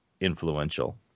influential